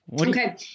Okay